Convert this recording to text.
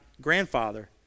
grandfather